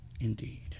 indeed